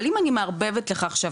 אבל אם אני מערבבת לך עכשיו,